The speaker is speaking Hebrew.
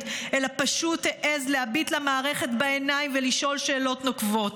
אלא פשוט העז להביט למערכת בעיניים ולשאול שאלות נוקבות.